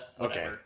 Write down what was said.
Okay